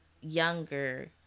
younger